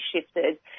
shifted